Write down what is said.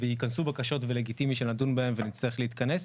וייכנסו בקשות ולגיטימי שנדון בהן ונצטרך להתכנס.